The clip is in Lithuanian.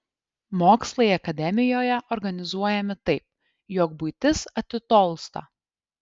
mokslai akademijoje organizuojami taip jog buitis atitolsta